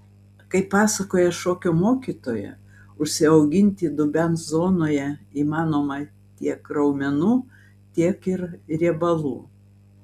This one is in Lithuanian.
kaip pasakoja šokio mokytoja užsiauginti dubens zonoje įmanoma tiek raumenų tiek ir riebalų